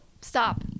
Stop